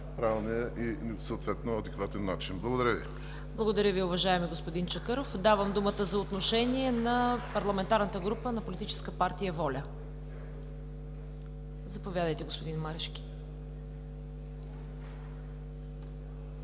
най-правилния и съответно адекватен начин. Благодаря Ви. ПРЕДСЕДАТЕЛ ЦВЕТА КАРАЯНЧЕВА: Благодаря Ви, уважаеми господин Чакъров. Давам думата за отношение на Парламентарната група на Политическа партия „Воля“. Заповядайте, господин Марешки.